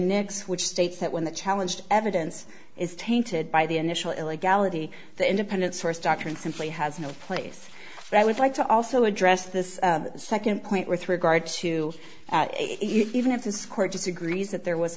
nics which states that when the challenged evidence is tainted by the initial illegality the independent source doctrine simply has no place i would like to also address this second point with regard to even if this court disagrees that there was